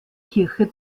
kirche